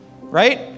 right